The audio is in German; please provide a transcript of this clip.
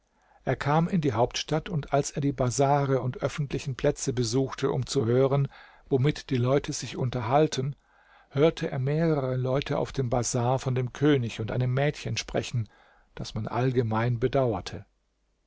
er kam in die hauptstadt und als er die bazare und öffentlichen plätze besuchte um zu hören womit die leute sich unterhalten hörte er mehrere leute auf dem bazar von dem könig und einem mädchen sprechen das man allgemein bedauerte